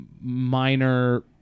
minor